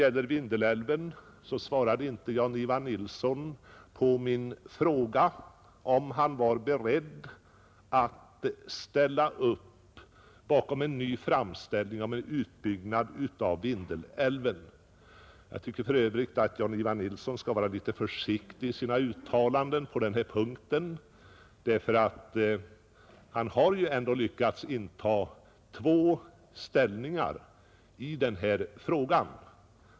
Herr Jan-Ivan Nilsson svarade inte på min fråga, om han var beredd att ställa sig bakom en ny framställning om en utbyggnad av Vindelälven. Jag tycker för övrigt att herr Jan-Ivan Nilsson bör vara litet försiktig i sina uttalanden på den här punkten, eftersom han lyckats ha två uppfattningar i denna fråga.